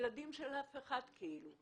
ילדים של אף אחד בכפרים.